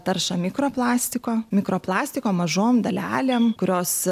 taršą mikroplastiko mikroplastiko mažom dalelėm kurios